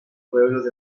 pueblo